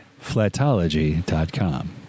Flatology.com